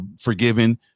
forgiven